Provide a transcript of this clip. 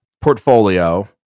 portfolio